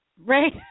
Right